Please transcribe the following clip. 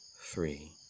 three